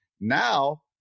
Now